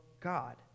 God